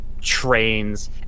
trains